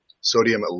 sodium